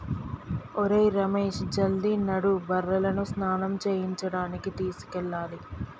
ఒరేయ్ రమేష్ జల్ది నడు బర్రెలను స్నానం చేయించడానికి తీసుకెళ్లాలి